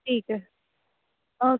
ਠੀਕ ਹੈ ਓਕੇ